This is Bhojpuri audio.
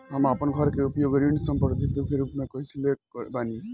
हम आपन घर के उपयोग ऋण संपार्श्विक के रूप में कइले बानी